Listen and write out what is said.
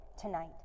tonight